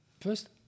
First